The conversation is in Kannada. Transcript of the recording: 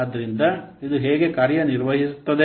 ಆದ್ದರಿಂದ ಇದು ಹೇಗೆ ಕಾರ್ಯನಿರ್ವಹಿಸುತ್ತದೆ